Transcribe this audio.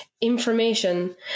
information